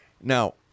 Now